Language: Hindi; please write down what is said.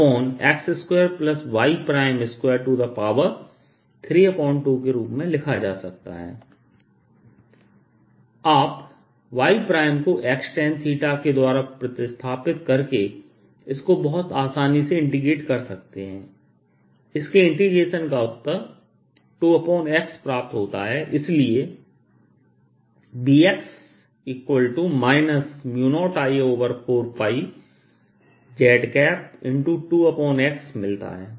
Bx04πI ∞dy z xx2y232 आप y को x Tan के द्वारा प्रतिस्थापित करके इसको बहुत आसानी से इंटीग्रेट कर सकते हैं इसके इंटीग्रेशन का उत्तर 2x प्राप्त होता हैं इसलिए Bx 0I4π 2xमिलता है